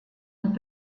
und